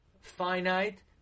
finite